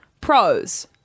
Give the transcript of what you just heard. Pros